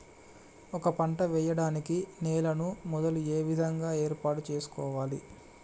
ఒక పంట వెయ్యడానికి నేలను మొదలు ఏ విధంగా ఏర్పాటు చేసుకోవాలి?